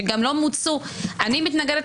שגם לא מוצו --- לא,